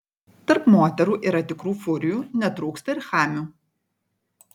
tarp moterų yra tikrų furijų netrūksta ir chamių